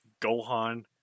Gohan